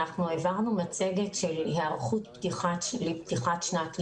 אנחנו העברנו מצגת של היערכות לפתיחת שנת הלימודים.